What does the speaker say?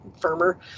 firmer